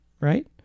right